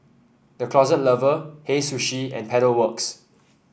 The Closet Lover Hei Sushi and Pedal Works